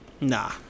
Nah